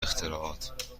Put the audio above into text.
اختراعات